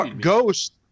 Ghost